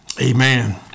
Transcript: amen